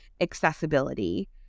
accessibility